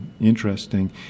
interesting